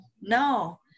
no